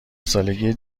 سالگی